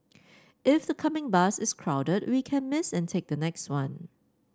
if the coming bus is crowded we can miss and take the next one